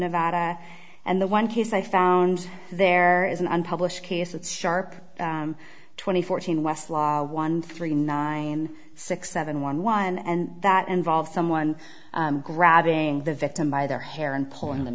nevada and the one case i found there is an unpublished case of shark twenty fourteen west law one three nine six seven one one and that involved someone grabbing the victim by their hair and pulling them